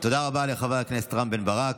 תודה רבה לחבר הכנסת רם בן ברק.